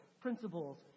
principles